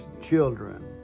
children